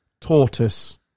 tortoise